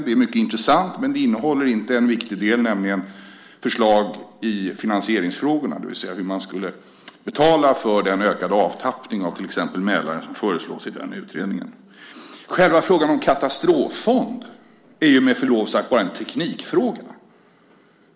Det är mycket intressant men innehåller inte en viktig del, nämligen förslag i finansieringsfrågorna - hur man skulle betala för den ökade avtappning av till exempel Mälaren som föreslås i utredningen. Själva frågan om en katastroffond är med förlov sagt bara en teknikfråga.